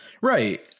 Right